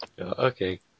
Okay